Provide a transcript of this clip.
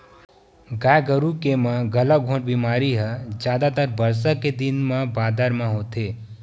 गाय गरु के म गलाघोंट बेमारी ह जादातर बरसा के दिन बादर म होथे